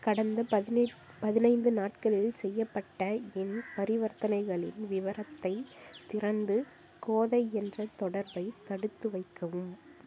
கடந்த பதினெட் பதினைந்து நாட்களில் செய்யப்பட்ட என் பரிவர்த்தனைகளின் விவரத்தைத் திறந்து கோதை என்ற தொடர்பை தடுத்து வைக்கவும்